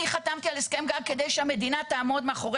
אני חתמתי על הסכם גג כדי שהמדינה תעמוד מאחורי